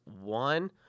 One